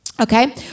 Okay